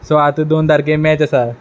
so आत दोन तारके मॅच आसा